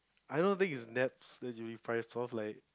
I don't think is naps that you'll be deprived of like